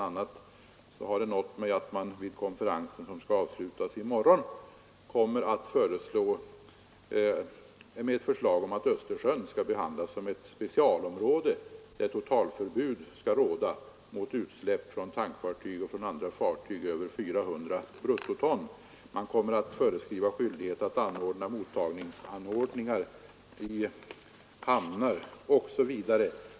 a. har det nått mig att man vid konferensen, som skall avslutas i morgon, kommer att lägga fram förslag om att Östersjön skall behandlas som ett specialområde, där totalförbud skall råda mot utsläpp från tankfartyg och andra fartyg över 400 bruttoton. Enligt förslaget kommer man att föreskriva skyldighet att uppföra mottagningsanordningar i hamnar osv.